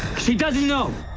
she doesn't know.